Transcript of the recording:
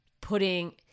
putting